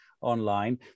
online